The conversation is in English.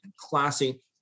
classy